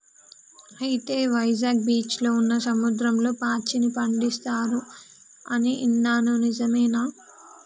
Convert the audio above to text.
అయితే వైజాగ్ బీచ్లో ఉన్న సముద్రంలో పాచిని పండిస్తారు అని ఇన్నాను నిజమేనా